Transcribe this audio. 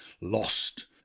lost